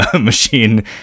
machine